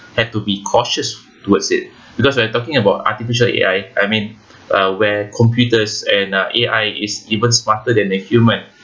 have to be cautious towards it because we're talking about artificial A_I I mean uh where computers and uh A_I is even smarter than the human